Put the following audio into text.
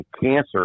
cancer